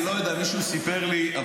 אני לא יודע, מישהו סיפר לי.